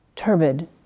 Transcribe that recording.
Turbid